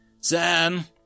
Sam